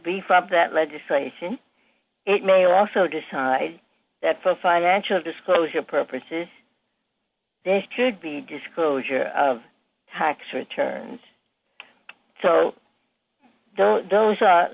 beef up that legislation it may also decide that for financial disclosure purposes they could be disclosure of tax returns though those